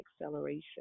acceleration